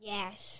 Yes